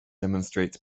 demonstrates